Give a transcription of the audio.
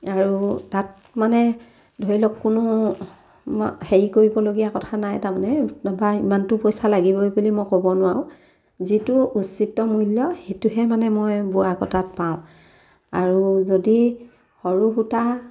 আৰু তাত মানে ধৰি লওক কোনো হেৰি কৰিবলগীয়া কথা নাই তাৰমানে নবা ইমানটো পইচা লাগিবই বুলি মই ক'ব নোৱাৰোঁ যিটো উচিত মূল্য সেইটোহে মানে মই বোৱা কটাত পাওঁ আৰু যদি সৰু সূতা